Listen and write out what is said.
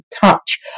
touch